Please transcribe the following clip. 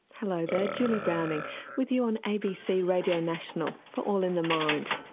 hello there, julie browning with you on abc radio national for all in the mind,